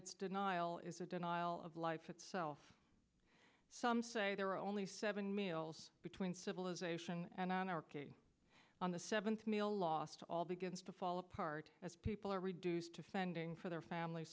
it's denial is a denial of life itself there are only seven males between civilization and an hour on the seventh meal lost all begins to fall apart as people are reduced to fending for their family